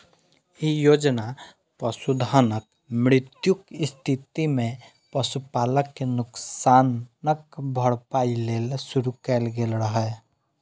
ई योजना पशुधनक मृत्युक स्थिति मे पशुपालक कें नुकसानक भरपाइ लेल शुरू कैल गेल रहै